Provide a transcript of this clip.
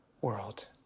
world